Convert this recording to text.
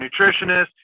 nutritionist